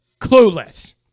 clueless